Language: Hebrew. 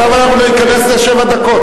עכשיו אנחנו ניכנס לשבע דקות,